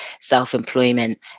self-employment